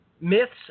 myths